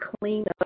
cleanup